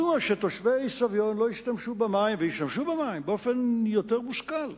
מדוע שתושבי סביון לא ישתמשו במים באופן יותר מושכל?